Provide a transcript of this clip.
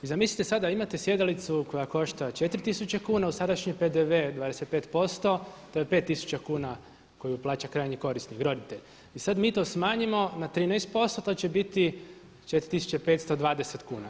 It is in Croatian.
I zamislite sada, imate sjedalicu koja košta 4000 kuna, uz sadašnji PDV 25%, to je 5000 kuna koju plaća krajnji korisnik, roditelj i sada mi to smanjimo na 13%, to će biti 4520 kuna.